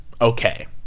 okay